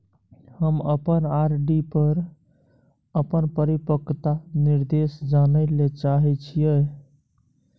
हम अपन आर.डी पर अपन परिपक्वता निर्देश जानय ले चाहय छियै